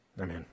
amen